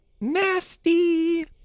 nasty